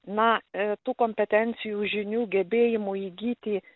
na tų kompetencijų žinių gebėjimų įgyti